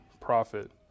profit